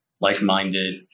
like-minded